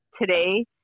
today